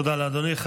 תודה לאדוני.